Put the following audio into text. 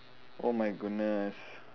oh my goodness